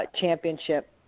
Championship